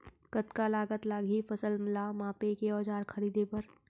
कतका लागत लागही फसल ला मापे के औज़ार खरीदे बर?